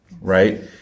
Right